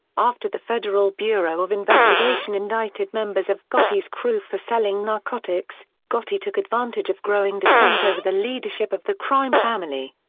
after the federal bureau of investigation indicted members of gotti's crew for selling narcotics, gotti took advantage of growing dissent over the leadership of the crime family.